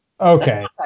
Okay